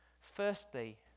Firstly